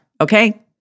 okay